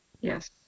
Yes